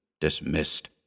dismissed